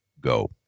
Go